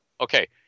okay